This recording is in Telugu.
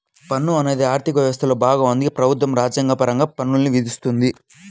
పన్ను అనేది ఆర్థిక వ్యవస్థలో భాగం అందుకే ప్రభుత్వం రాజ్యాంగపరంగా పన్నుల్ని విధిస్తుంది